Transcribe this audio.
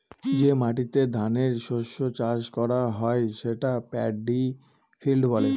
যে মাটিতে ধানের শস্য চাষ করা হয় সেটা পেডি ফিল্ড বলে